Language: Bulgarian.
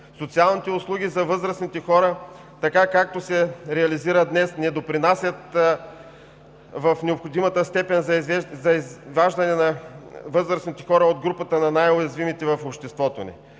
Социалните услуги за възрастните хора, така както се реализират днес, не допринасят в необходимата степен за изваждане на възрастните хора от групата на най-уязвимите в обществото ни.